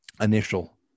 initial